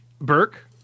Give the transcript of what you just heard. Burke